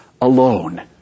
alone